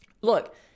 look